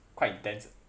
quite intense eh